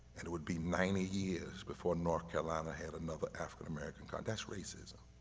and it would be ninety years before north carolina had another african-american, kind of that's racism.